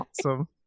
Awesome